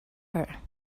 her